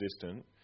distant